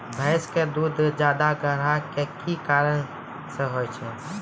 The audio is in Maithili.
भैंस के दूध ज्यादा गाढ़ा के कि कारण से होय छै?